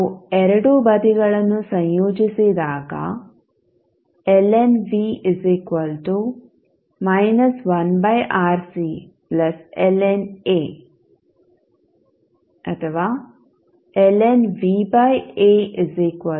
ನಾವು ಎರಡೂ ಬದಿಗಳನ್ನು ಸಂಯೋಜಿಸಿದಾಗ ಅನ್ನು ಪಡೆಯುತ್ತೇವೆ